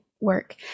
work